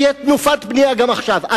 תהיה תנופת בנייה גם עכשיו,